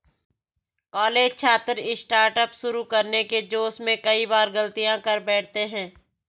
college छात्र startup शुरू करने के जोश में कई बार गलतियां कर बैठते हैं